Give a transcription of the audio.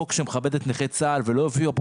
חוק שמכבד את נכי צה"ל ולא יביאו לכאן